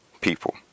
people